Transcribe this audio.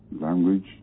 language